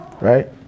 right